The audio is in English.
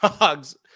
dogs